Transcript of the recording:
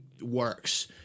works